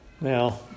Now